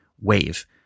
wave